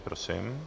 Prosím.